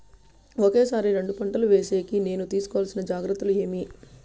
ఒకే సారి రెండు పంటలు వేసేకి నేను తీసుకోవాల్సిన జాగ్రత్తలు ఏమి?